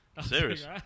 Serious